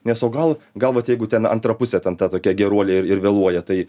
nes o gal gal vat jeigu ten antra pusė ten ta tokia geruolė ir ir vėluoja tai